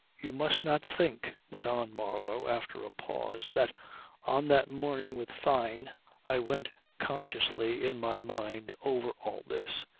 you must not think, went on marlow after a pause, that on that morning with fyne i went consciously in my mind over all this,